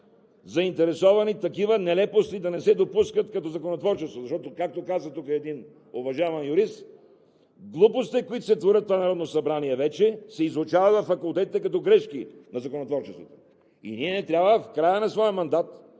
заинтересовани такива нелепости да не се допускат като законотворчество. Защото, както каза тук един уважаван юрист: „Глупостите, които се творят в това Народно събрание, вече се изучават във факултетите като грешки на законотворчеството.“ Ние не трябва в края на своя мандат